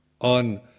On